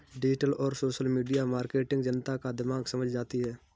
digital और social media marketing जनता का दिमाग समझ जाती है